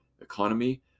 economy